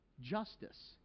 justice